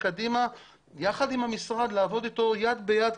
קדימה יחד עם המשרד ולעבוד אתו יד ביד,